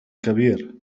كبير